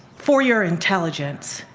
for your intelligence,